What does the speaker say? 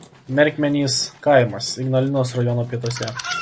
merkmenys kaimas ignalinos rajono pietuose